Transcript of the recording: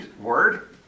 word